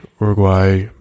Uruguay